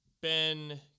ben